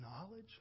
knowledge